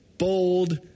Bold